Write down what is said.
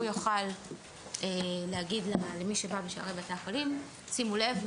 הוא יוכל להגיד למי שבא בשערי בתי החולים: שימו לב,